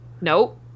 Nope